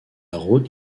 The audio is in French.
route